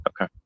Okay